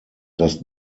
dass